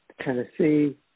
Tennessee